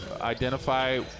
identify